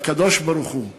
לקדוש-ברוך-הוא שהלוואי,